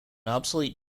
obsolete